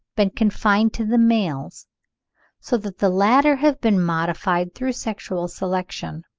been confined to the males so that the latter have been modified through sexual selection,